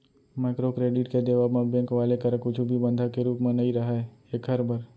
micro credit के देवब म बेंक वाले करा कुछु भी बंधक के रुप म नइ राहय ऐखर बर